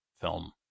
film